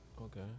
Okay